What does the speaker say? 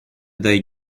their